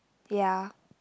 ya